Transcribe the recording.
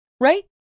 right